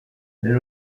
elle